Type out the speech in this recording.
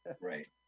Right